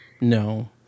no